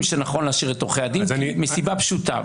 שנכון להשאיר את עורכי הדין מסיבה פשוטה.